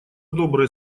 добрые